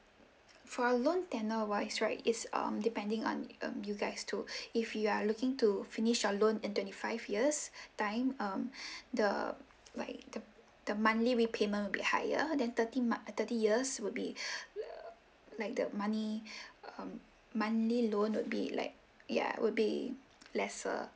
for a loan tenure wise right is um depending on um you guys too if you are looking to finish your loan in twenty five years time um the like the the monthly repayment will be higher than thirty mark thirty years would be like the money um monthly loan would be like ya it would be lesser